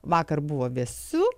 vakar buvo vėsu